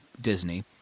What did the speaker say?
Disney